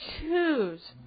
choose